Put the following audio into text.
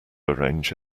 arrange